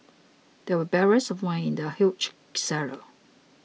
there were barrels of wine in the huge cellar